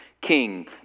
king